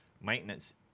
maintenance